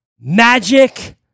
Magic